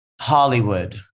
Hollywood